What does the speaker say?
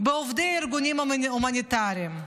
בעובדי ארגונים הומניטריים.